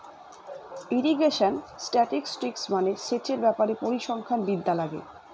irrigation statistics মানে সেচের ব্যাপারে পরিসংখ্যান বিদ্যা লাগে